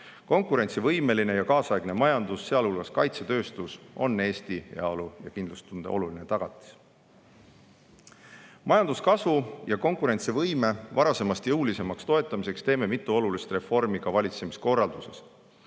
Konkurentsivõimeline ja kaasaegne majandus, sealhulgas kaitsetööstus, on Eesti heaolu ja kindlustunde oluline tagatis. Majanduskasvu ja konkurentsivõime varasemast jõulisemaks toetamiseks teeme mitu olulist reformi ka valitsemiskorralduses.